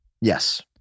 Yes